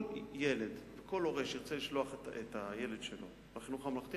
כל הורה שירצה לשלוח את הילד שלו לחינוך הממלכתי,